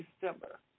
December